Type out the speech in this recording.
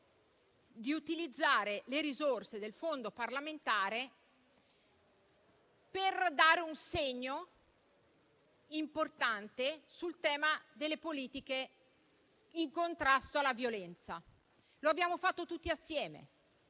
di utilizzare le risorse del fondo parlamentare per dare un segno importante sul tema delle politiche per il contrasto alla violenza. Lo abbiamo fatto tutti assieme,